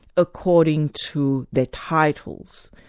according to their titles.